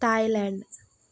Thailand